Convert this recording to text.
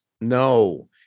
No